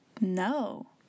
no